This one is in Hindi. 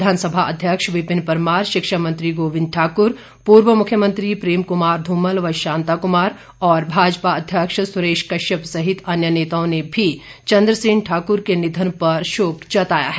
विधानसभा अध्यक्ष विपिन परमार शिक्षा मंत्री गोविंद ठाकुर पूर्व मुख्यमंत्री प्रेम कुमार धूमल व शांता कुमार और भाजपा अध्यक्ष सुरेश कश्यप सहित अन्य नेताओं ने भी चंद्र सेन ठाकुर के निधन पर शोक जताया है